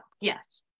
yes